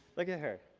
like at her.